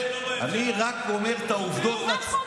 הם לא בממשלה, תוציאו אותם.